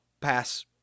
pass